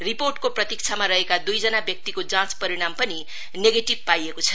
रिपोर्टको प्रतीक्षाका रहेका दुईजना व्यक्तिको जाँच परिणाम पनि नेगटीब पाइएको छ